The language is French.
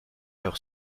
leur